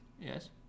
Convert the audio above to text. yes